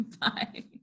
Bye